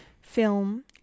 film